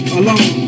alone